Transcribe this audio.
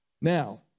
Now